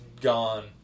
gone